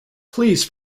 please